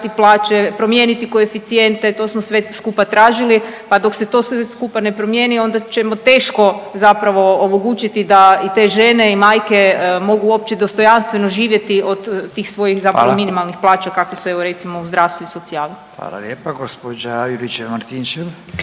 plaće, promijeniti koeficijente, to smo sve skupa tražili, pa dok se to sve skupa ne promijeni onda ćemo teško zapravo omogućiti da i te žene i majke mogu uopće dostojanstveno živjeti od tih svojih zapravo minimalnih plaća kakve su evo recimo u zdravstvu i socijali. **Radin, Furio (Nezavisni)**